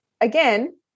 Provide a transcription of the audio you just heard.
again